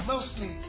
Mostly